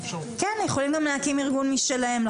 יכולים גם להקים ארגון משלהם.